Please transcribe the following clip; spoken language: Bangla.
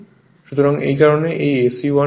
সুতরাং এই কারণেই এই SE1 হয়